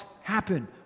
happen